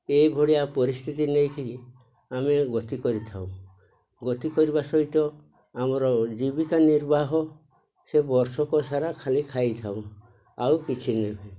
ଏହି ଭଳିଆ ପରିସ୍ଥିତି ନେଇକି ଆମେ ଗତି କରିଥାଉ ଗତି କରିବା ସହିତ ଆମର ଜୀବିକା ନିର୍ବାହ ସେ ବର୍ଷକ ସାରା ଖାଲି ଖାଇଥାଉ ଆଉ କିଛି ନାହିଁ